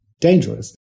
dangerous